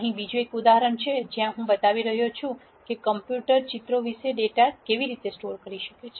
અહીં બીજું એક ઉદાહરણ છે જ્યાં હું બતાવી રહ્યો છું કે કમ્પ્યુટર ચિત્રો વિશે ડેટા કેવી રીતે સ્ટોર કરી શકે છે